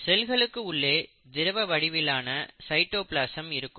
செல்களுக்கு உள்ளே திரவ வடிவிலான சைட்டோபிளாசம் இருக்கும்